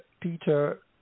Peter